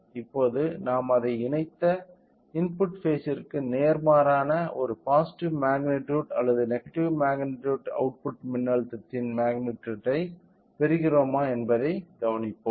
இப்போது நாம் அதை இணைத்த இன்புட் பேஸ்ற்கு நேர்மாறான ஒரு பாசிட்டிவ் மக்னிடியுட் அல்லது நெகடிவ் மக்னிடியுட் அவுட்புட் மின்னழுத்தத்தின் மக்னிடியுட் ஐ பெறுகிறோமா என்பதை கவனிப்போம்